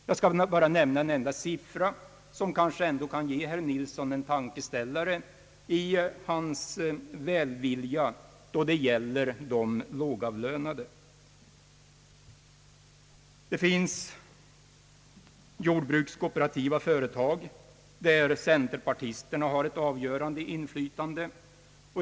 Jag skall bara nämna en enda siffra som kanske kan ge herr Nilsson en tankeställare i hans välvilja då det gäller de lågavlönade. Det finns jordbrukskooperativa företag där centerpartisterna har ett avgörande inflytande.